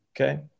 Okay